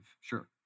Sure